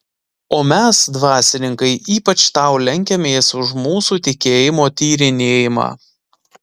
o mes dvasininkai ypač tau lenkiamės už mūsų tikėjimo tyrinėjimą